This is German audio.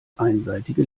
einseitige